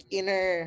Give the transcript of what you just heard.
inner